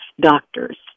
doctors